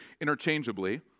interchangeably